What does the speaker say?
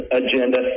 agenda